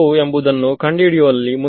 ಅದು ಹೊರಗಡೆಯ ರೀಜನ್